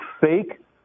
fake